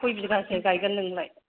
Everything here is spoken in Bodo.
खय बिगासो गायगोन नोंलाय